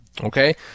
okay